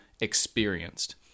experienced